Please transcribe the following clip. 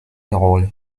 rolle